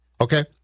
Okay